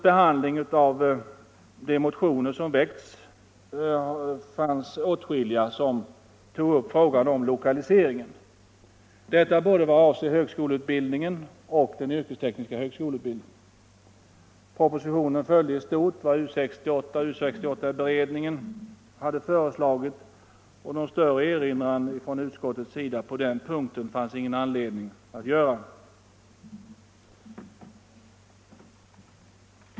Bland de motioner som väckts fanns åtskilliga som tog upp frågan om lokaliseringen av högskoleutbildningen och den yrkestekniska högskoleutbildningen. Propositionen följde i stort sett vad U 68 och U 68 beredningen hade föreslagit, och någon erinran från utskottets sida på den punkten fanns det ingen anledning att göra.